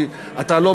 כי אתה לא